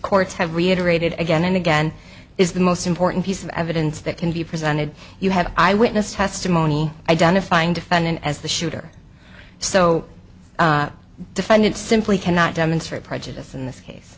courts have reiterated again and again is the most important piece of evidence that can be presented you have eyewitness testimony identifying defendant as the shooter so defendant simply cannot demonstrate prejudice in this case